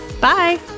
Bye